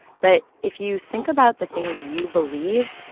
but if you think about the things you believe,